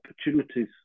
opportunities